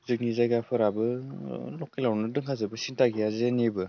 जोंनि जायगाफोराबो लकेलावनो दोंखाजोबो सिन्था गैया जेनिबो